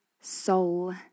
soul